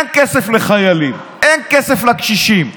אין כסף לחיילים, אין כסף לקשישים,